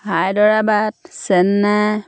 Hyderabad Chennai